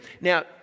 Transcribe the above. Now